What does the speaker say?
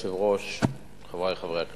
אדוני היושב-ראש, חברי חברי הכנסת,